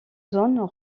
zones